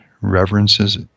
reverences